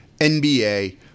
NBA